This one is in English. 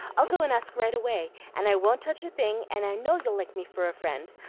i'll go and ask right away, and i won't touch a thing, and i know you'll like me for a friend.